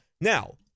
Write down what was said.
Now